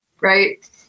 right